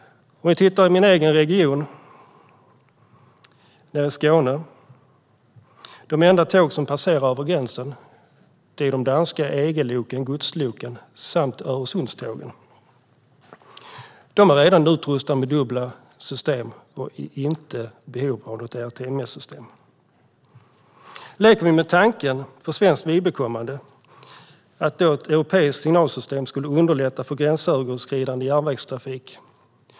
Jag kan titta på min egen region: Skåne. De enda tåg som passerar över gränsen är de danska EG-loken, godsloken samt Öresundstågen. De är redan utrustade med dubbla system och är inte i behov av ERTMS. Vi kan för svenskt vidkommande leka med tanken att ett europeiskt signalsystem skulle underlätta för gränsöverskridande järnvägstrafik.